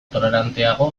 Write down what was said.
toleranteago